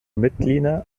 mitglieder